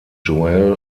joel